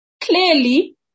Clearly